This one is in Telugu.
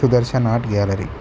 Sudarshan art gallery